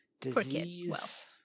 Disease